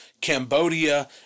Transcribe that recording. Cambodia